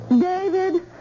David